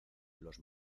los